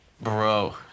bro